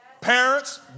Parents